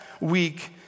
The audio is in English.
week